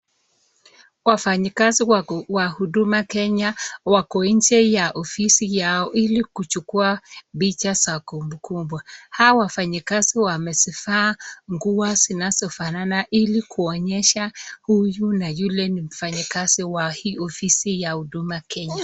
Wafanyi kazi wa huduma Kenya wako nje ya ofisi yao ili kuchukua picha za kumbukumbu. Hawa wafanyi kazi wamezivaa nguo zinazofanana ili kuonyesha huyu na yule ni mfanyi kazi wa hii ofisi ya huduma Kenya.